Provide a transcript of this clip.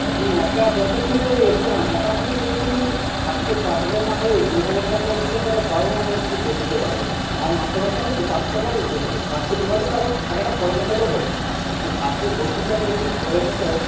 তো তুমি একা আছো আচ্ছা তুমি তাহলে এসো না মোটামুটি এই তুমি ফার্স্টে পাঁচ হাজার না হলেও দু হাজার টাকাও দিতে পারো তাও আমরা কিছু করে দিতে পারব আর মাসে মাসে আমাদের তো পাঁচশো টাকা দিতে হবে ফার্স্টে দু হাজার তারপর টাকাটা পরে মেটালেও হবে ফাস্টে ভর্তির টাকাটা যদি পরে মেটাও